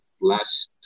last